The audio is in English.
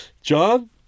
John